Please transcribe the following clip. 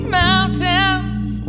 mountains